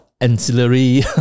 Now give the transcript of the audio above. ancillary